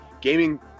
gaming